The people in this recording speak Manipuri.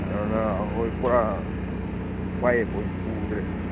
ꯑꯗꯨꯅ ꯑꯩꯈꯣꯏ ꯄꯨꯔꯥ ꯄꯥꯏꯌꯦꯞ ꯑꯣꯏ ꯄꯨꯗ꯭ꯔꯗꯤ